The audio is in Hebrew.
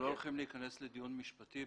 להיכנס לדיון משפטי,